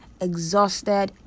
exhausted